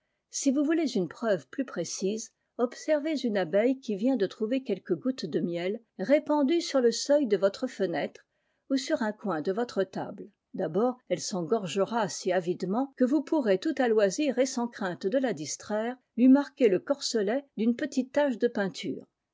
si vous voulez une preuve plus précise observez une abeille qui vient de trouver quelques gouttes de miel répandues sur le seuil de votre fenêtre ou sur un coin de votre table d'abord elle s'en gorgera si avidement que vous pourrez tout à loisir et sans crainte de la distraire lui marquer le corselet d'une petite e de peinture